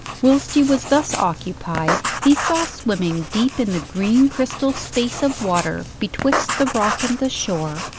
whilst he was thus occupied he saw swimming deep in the green crystal space of water betwixt the rock and the shore,